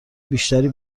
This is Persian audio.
بیشتری